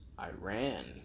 Iran